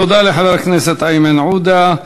תודה לחבר הכנסת איימן עודה.